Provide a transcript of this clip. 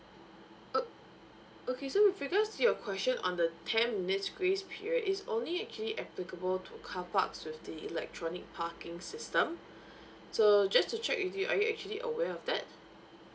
o~ okay so with regards to your question on the ten minutes grace period it's only actually applicable to car parks with the electronic parking system so just to check with you are you actually aware of that